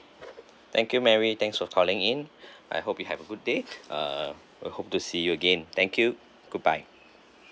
thank you mary thanks for calling in I hope you have a good day uh I hope to see you again thank you goodbye